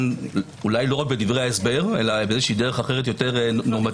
אולי לא רק בדברי ההסבר אלא בדרך יותר חזקה,